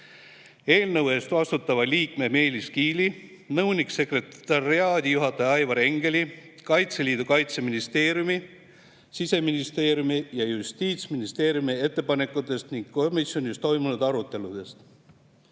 eelnõu eest vastutava liikme Meelis Kiili, nõunik-sekretariaadijuhataja Aivar Engeli, Kaitseliidu, Kaitseministeeriumi, Siseministeeriumi ja Justiitsministeeriumi ettepanekutest ning komisjonis toimunud aruteludest.